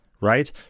right